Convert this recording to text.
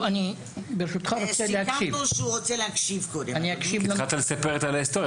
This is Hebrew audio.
אני אקשיב קודם לנושא.